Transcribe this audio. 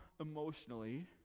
emotionally